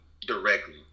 directly